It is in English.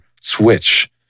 switch